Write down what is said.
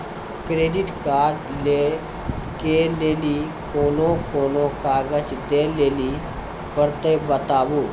Credit card लै के लेली कोने कोने कागज दे लेली पड़त बताबू?